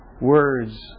words